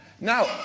Now